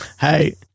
Hey